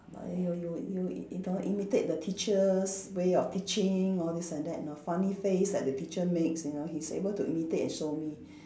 like you you you you know imitate the teachers' way of teaching all these and that you know funny face that the teacher makes you know he's able to imitate and show me